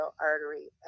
artery